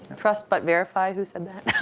trust but verified. who said that?